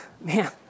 man